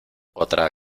otra